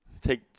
Take